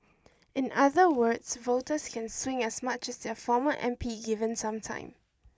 in other words voters can swing as much as their former M P given some time